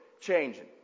changing